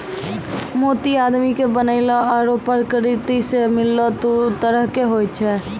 मोती आदमी के बनैलो आरो परकिरति सें मिललो दु तरह के होय छै